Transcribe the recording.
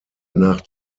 nach